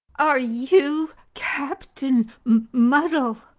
are you captain muddell?